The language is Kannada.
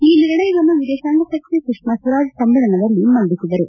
ಈ ನಿರ್ಣಯವನ್ನು ವಿದೇಶಾಂಗ ಸಚಿವೆ ಸುಷ್ಕಾ ಸ್ವರಾಜ್ ಸಮ್ಮೇಳನದಲ್ಲಿ ಮಂಡಿಸಿದರು